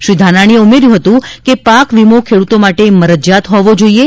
શ્રી ધાનાણીએ ઉમેર્યું હતું કે પાક વીમો ખેડ઼તો માટે મરજીયાત હોવો જોઇએ